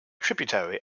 tributary